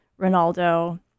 Ronaldo